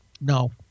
No